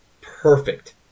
perfect